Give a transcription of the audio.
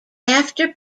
after